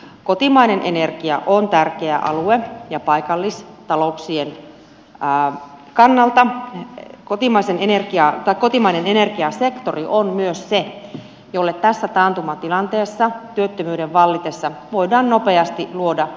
kotimainen energia on tärkeä alue ja paikallistalouksien kannalta kotimainen energiasektori on myös se jolle tässä taantumatilanteessa työttömyyden vallitessa voidaan nopeasti luoda uusia työpaikkoja